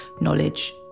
knowledge